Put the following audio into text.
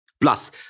Plus